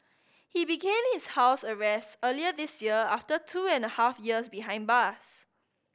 he began his house arrest earlier this year after two and a half years behind bars